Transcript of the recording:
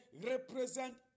represent